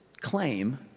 claim